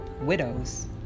widows